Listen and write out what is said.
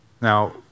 Now